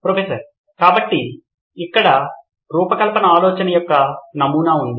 professor కాబట్టి మనకు ఇక్కడ రూపకల్పన ఆలోచన యొక్క నమూనా ఉంది